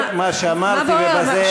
בוער, בוער מה שאמרתי, ובזה נשים, מה בוער?